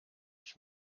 ich